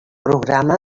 programa